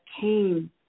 came